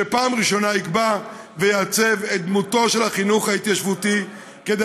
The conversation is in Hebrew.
שפעם ראשונה יקבע ויעצב את דמותו של החינוך ההתיישבותי כדי